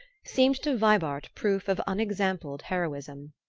seemed to vibart proof of unexampled heroism.